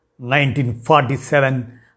1947